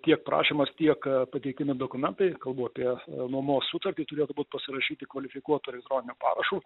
tiek prašymas tiek pateikiami dokumentai kalbu apie nuomos sutartį turėtų būt pasirašyti kvalifikuotu elektroniniu parašu